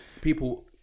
people